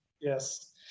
Yes